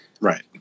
Right